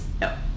no